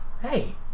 hey